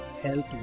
health